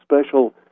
special